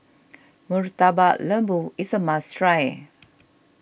Murtabak Lembu is a must try